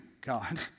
God